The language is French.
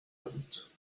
route